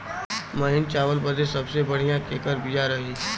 महीन चावल बदे सबसे बढ़िया केकर बिया रही?